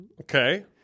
Okay